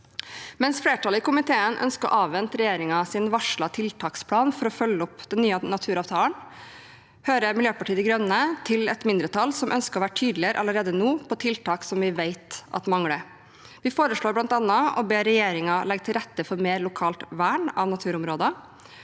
Mens flertallet i komiteen ønsker å avvente regjeringens varslede tiltaksplan for å følge opp den nye naturavtalen, hører Miljøpartiet de Grønne til et mindretall som ønsker å være tydeligere allerede nå på tiltak som vi vet at mangler. Vi foreslår bl.a. å be regjeringen legge til rette for mer lokalt vern av naturområder.